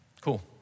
Cool